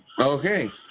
Okay